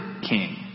king